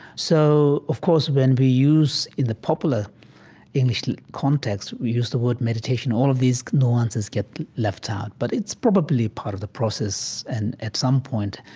so of course, when we use in the popular english like context, we use the word meditation, all of these nuances get left out. but it's probably part of the process and, at some point,